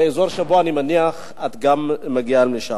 באזור שאני מניח, את גם מגיעה משם.